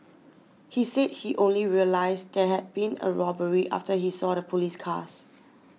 he said he only realised there had been a robbery after he saw the police cars